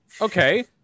okay